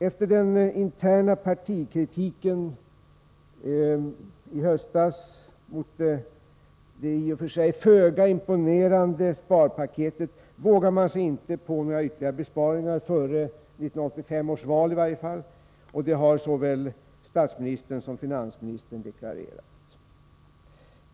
Efter den interna partikritiken i höstas mot det i och för sig föga imponerande sparpaketet vågar man sig inte på några ytterligare besparingar, i varje fall inte före 1985 års val. Det har såväl statsministern som finansministern deklarerat.